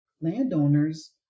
landowners